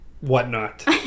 whatnot